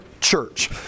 church